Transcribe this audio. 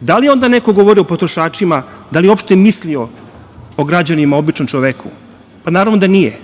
Da li je onda neko govorio o potrošačima? Da li je uopšte mislio o građanima, običnom čoveku? Naravno da nije.